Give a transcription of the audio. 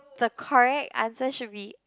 the correct answer should be